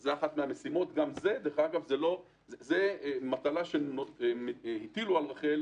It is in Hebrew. זאת אחת המשימות, וגם זאת מטלה שהטילו על רח"ל